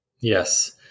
Yes